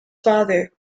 father